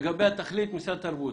לגבי התכלית משרד התרבות,